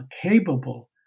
capable